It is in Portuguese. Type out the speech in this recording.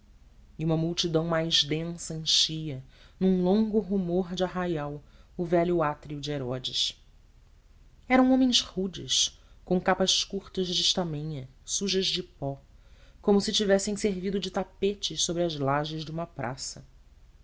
e uma multidão mais densa enchia num longo rumor de arraial o velho átrio de herodes eram homens rudes com capas curtas de estamenha sujas de pó como se tivessem servido de tapetes sobre as lajes de uma praça